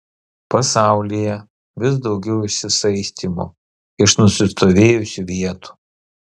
pasaulyje vis daugiau išsisaistymo iš nusistovėjusių vietų